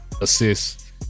Assists